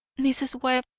mrs. webb,